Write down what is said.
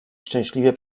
szczęśliwie